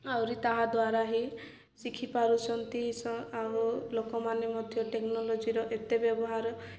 ଆହୁରି ତାହା ଦ୍ୱାରା ହିଁ ଶିଖିପାରୁଛନ୍ତି ଆଉ ଲୋକମାନେ ମଧ୍ୟ ଟେକ୍ନୋଲୋଜିର ଏତେ ବ୍ୟବହାର